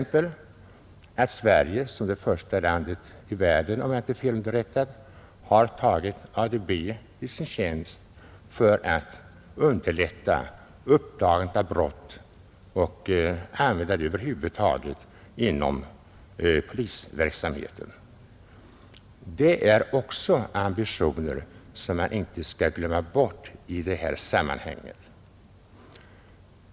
Sverige har t.ex. som det första landet i världen, om jag inte är felunderrättad, tagit ADB i sin tjänst för att underlätta uppdagandet av brott och för användning över huvud taget inom polisverksamheten. Det är också ambitioner som vi skall komma ihåg.